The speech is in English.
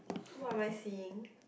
what am I seeing